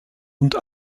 und